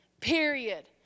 period